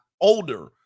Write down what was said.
older